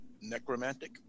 necromantic